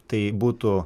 tai būtų